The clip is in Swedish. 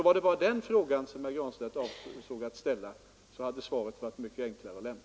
Var det bara den frågan som herr Granstedt avsåg att ställa hade svaret varit mycket enklare att lämna.